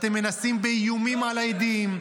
אתם מנסים באיומים על עדים.